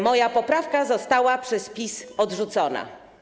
Moja poprawka została przez PiS odrzucona.